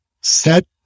Set